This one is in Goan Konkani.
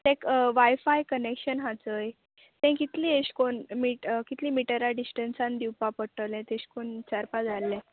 तेक वायफाय कनेक्शन हा चोय तें कितलें एश कोन मीट कितलीं मिटरा डिस्टन्सान दिवपा पडटलें तेशें कोन्न विचारपा जाय आल्लें